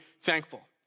thankful